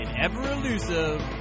ever-elusive